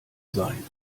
sein